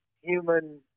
human